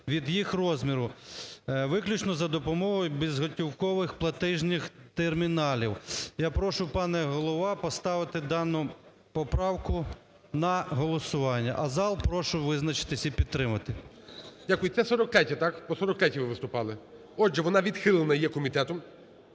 від їх розміру, виключно за допомогою безготівкових платіжних терміналів". Я прошу, пане Голово, поставити дану поправку на голосування. А зал прошу визначитися і підтримати. ГОЛОВУЮЧИЙ. Дякую. Це 43-я – так? По 43-й ви виступали. Отже, вона відхилена є комітетом,